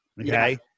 Okay